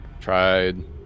tried